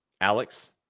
Alex